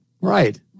Right